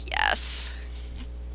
yes